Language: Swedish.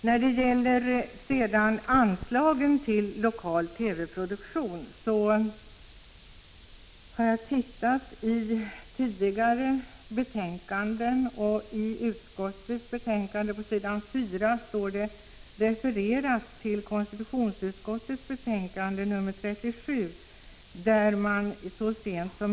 När det gäller frågan om anslag till lokal TV-produktion har jag tittat i tidigare betänkanden. På s. 4 i det nu föreliggande betänkandet refereras till konstitutionsutskottets betänkande 1984/85:37.